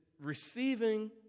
receiving